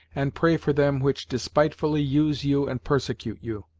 and pray for them which despitefully use you and persecute you